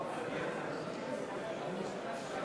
התשע"ד 2013,